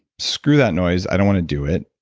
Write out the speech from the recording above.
screw that noise, i don't want to do it,